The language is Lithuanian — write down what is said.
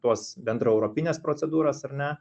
tuos bendraeuropines procedūras ar ne